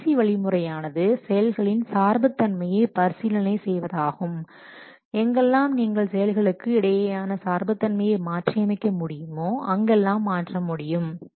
கடைசி வழிமுறையானது செயல்களின் சார்பு தன்மையை பரிசீலனை செய்வதாகும் எங்கெல்லாம் நீங்கள் செயல்களுக்கு இடையேயான சார்புத் தன்மையை மாற்றி அமைக்க முடியுமோ அங்கெல்லாம் மாற்றமுடியும்